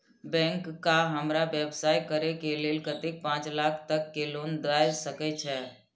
Bank का हमरा व्यवसाय करें के लेल कतेक पाँच लाख तक के लोन दाय सके छे?